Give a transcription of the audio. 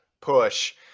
push